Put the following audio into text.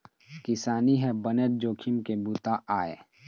किसानी ह बनेच जोखिम के बूता आय